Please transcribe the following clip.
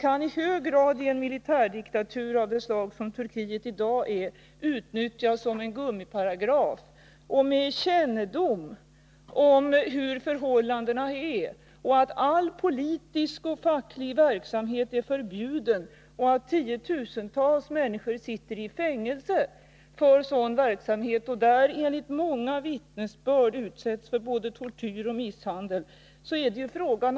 Bestämmelserna kan i en militärdiktatur av det slag som Turkiet i dag är i hög grad utnyttjas som gummiparagrafer. Förhållandena är att all politisk och facklig verksamhet är förbjuden och tiotusentals människor sitter i fängelse för sådan verksamhet och där enligt många vittnesbörd utsätts för både tortyr och misshandel.